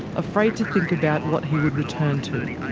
afraid to think about what he would return to.